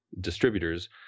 distributors